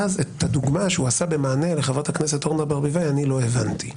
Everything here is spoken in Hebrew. ואז את הדוגמה שהוא נתן במענה לחברת הכנסת אורנה ברביבאי לא הבנתי.